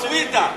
הסוויטה.